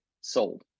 sold